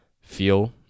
feel